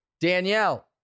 Danielle